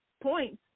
points